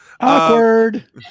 Awkward